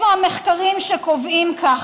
איפה המחקרים שקובעים כך?